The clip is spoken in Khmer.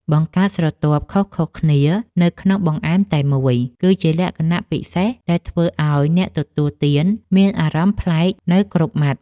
បង្កើតស្រទាប់ខុសៗគ្នានៅក្នុងបង្អែមតែមួយ គឺជាលក្ខណៈពិសេសដែលធ្វើឱ្យអ្នកទទួលទានមានអារម្មណ៍ប្លែកនៅគ្រប់ម៉ាត់។